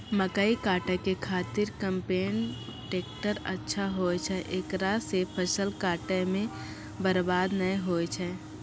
मकई काटै के खातिर कम्पेन टेकटर अच्छा होय छै ऐकरा से फसल काटै मे बरवाद नैय होय छै?